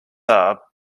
are